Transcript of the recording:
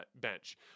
bench